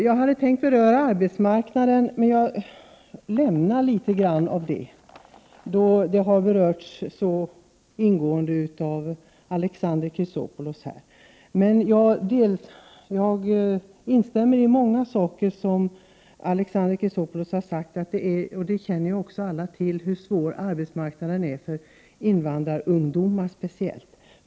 Jag hade tänkt beröra arbetsmarknaden, men jag lämnar ämnet eftersom det har berörts så ingående av Alexander Chrisopoulos. Jag instämmer i mycket av vad Alexander Chrisopoulos sade om hur svår arbetsmarknaden är — det känner alla till — speciellt för invandrarungdomar.